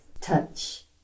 touch